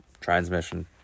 transmission